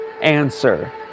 answer